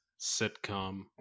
sitcom